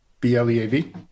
b-l-e-a-v